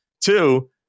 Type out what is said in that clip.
Two